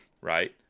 right